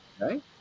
right